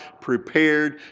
prepared